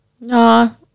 No